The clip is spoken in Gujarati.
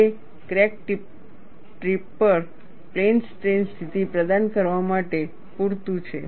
તે ક્રેક ટીપ પર પ્લેન સ્ટ્રેઈન સ્થિતિ પ્રદાન કરવા માટે પૂરતું છે